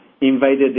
invaded